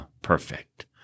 perfect